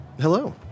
Hello